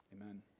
Amen